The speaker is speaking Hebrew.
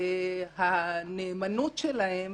הנאמנות שלהם